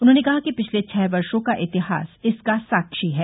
उन्होंने कहा कि पिछले छह वर्षो का इतिहास इसका साक्षी है